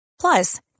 plus